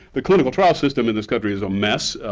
the clinical trial system in this country is a mess,